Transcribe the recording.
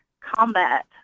Combat